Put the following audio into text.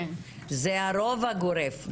זה הרוב הגורף.